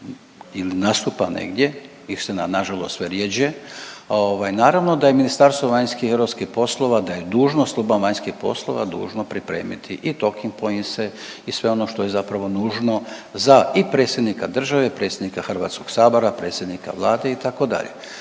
ili nastupa negdje, istina nažalost sve rjeđe, ovaj naravno da je Ministarstvo vanjskih i europskih poslova da je dužnost služba vanjskih poslova dužno pripremiti i talking pointse i sve ono što je zapravo nužno za i predsjednika države, predsjednika Hrvatskog sabora, predsjednika Vlade itd.